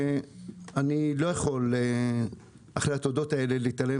אני לא יכול אחרי התודות האלה להתעלם